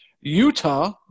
Utah